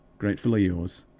gratefuly yours,